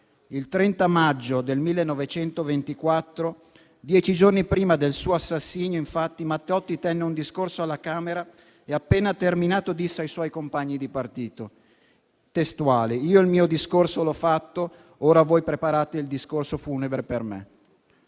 Il 30 maggio del 1924, dieci giorni prima del suo assassinio, infatti, Matteotti tenne un discorso alla Camera e, appena terminato, disse ai suoi compagni di partito: «Io il mio discorso l'ho fatto; ora voi preparate il discorso funebre per me».